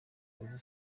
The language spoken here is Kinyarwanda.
ubu